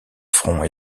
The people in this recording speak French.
front